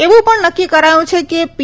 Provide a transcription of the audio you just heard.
એવું પણ નક્કી કરાયું છે કે પી